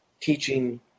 teaching